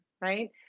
Right